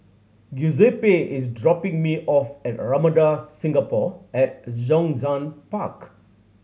Giuseppe is dropping me off at Ramada Singapore at Zhongshan Park